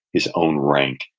his own rank,